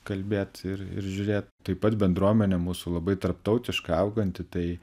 kalbėt ir ir žiūrėt taip pat bendruomenė mūsų labai tarptautiška auganti tai